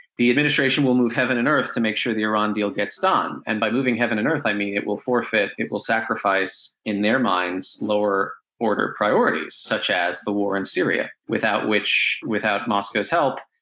the administration will move heaven and earth to make sure the iran deal gets done. and by moving heaven and earth, i mean it will forfeit, it will sacrifice in their minds lower order priorities, such as the war in syria, without which, without moscow's help,